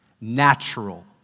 Natural